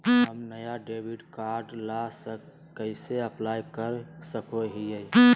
हम नया debit card ला कइसे अप्लाई कर सको हियै?